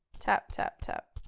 tap, tap, tap.